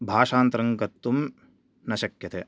भाषान्तरं कर्तुं न शक्यते